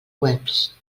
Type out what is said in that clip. webs